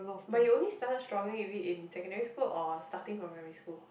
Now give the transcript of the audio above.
but you only started struggling with it in secondary school or starting from primary school